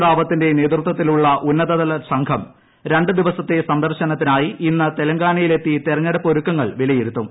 റാവത്തിന്റെ നേതൃത്ത്തിലുള്ള ഉന്നതതല സംഘം രണ്ടു ദിവസത്തെ സന്ദർശനത്തിന്റായി ഇന്ന് തെലങ്കാനയിൽ എത്തി തെരഞ്ഞെടുപ്പ് ഒരുക്കങ്ങൾ വിലയിരുത്തും